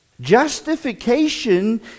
justification